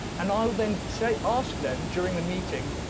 and i will then say ask them during the meeting.